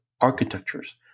architectures